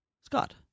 Scott